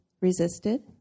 resisted